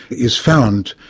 is found,